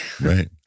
Right